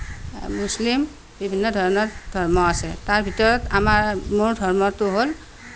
মুছলিম বিভিন্ন ধৰণৰ ধৰ্ম আছে তাৰ ভিতৰত আমাৰ মোৰ ধৰ্মটো হ'ল